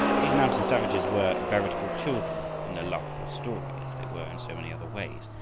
these mountain savages were veritable children in their love for a story, as they were in so many other ways,